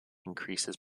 increases